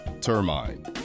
Termine